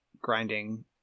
grinding